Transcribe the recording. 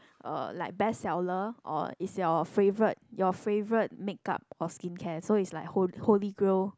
uh like bestseller or is your favourite your favourite makeup or skincare so is like hol~ Holy Grail